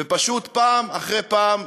ופשוט פעם אחרי פעם,